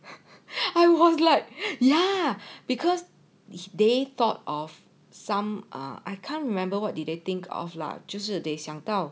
I was like ya because they thought of some ah I can't remember what did they think of lah 就是得想到